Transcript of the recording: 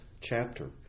chapter